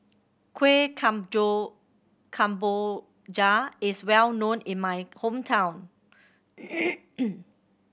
kuih kemboja is well known in my hometown